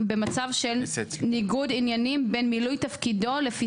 במצב של ניגוד עניינים בין מילוי תפקידו לפי